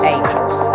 Angels